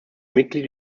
mitglied